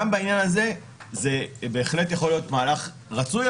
גם בעניין הזה זה בהחלט יכול להיות מהלך רצוי,